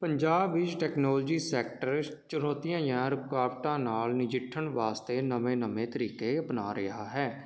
ਪੰਜਾਬ ਵਿੱਚ technology sector ਚੁਣੌਤੀਆਂ ਜਾਂ ਰੁਕਾਵਟਾਂ ਨਾਲ ਨਜਿੱਠਣ ਵਾਸਤੇ ਨਵੇਂ ਨਵੇਂ ਤਰੀਕੇ ਅਪਣਾ ਰਿਹਾ ਹੈ